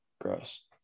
Gross